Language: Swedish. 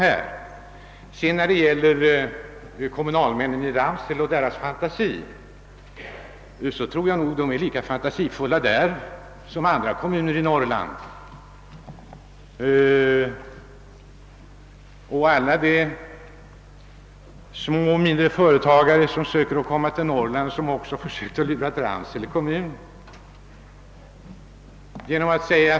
När det sedan gäller kommunalmännen i Ramsele och deras fantasi, så tror jag att de är lika uppfinningsrika som kommunalmännen i andra kommuner. Sysselsättningssvårigheterna tycks dock vara oöverstigliga.